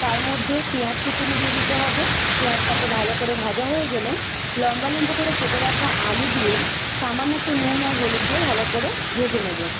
তার মধ্যে পেঁয়াজ কুঁচোনো দিয়ে দিতে হবে পেঁয়াজটাকে ভালো করে ভাজা হয়ে গেলে লম্বা লম্বা করে কেটে রাখা আলু দিয়ে সামান্য একটু নুন আর হলুদ দিয়ে ভালো করে ভেজে নেবো